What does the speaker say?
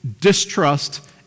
distrust